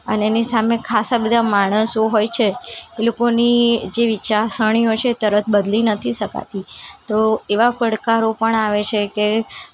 અને એની સામે ખાસા બધા માણસો હોય છે એ લોકોની જે વિચારસરણી હોય છે તરત બદલી નથી શકાતી તો એવાં પડકારો પણ આવે છે કે